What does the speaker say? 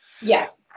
Yes